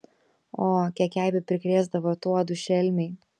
o kiek eibių prikrėsdavo tuodu šelmiai